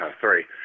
sorry